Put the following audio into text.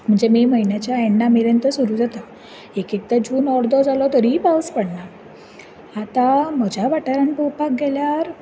म्हणजे मे म्हयन्याच्या एन्डा मेरेन तो सुरू जाता एक एकदां जून अर्दो जालो तरीय पावस पडना आतां म्हज्या वाठारांत पोवपाक गेल्यार